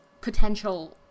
potential